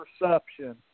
perception